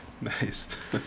nice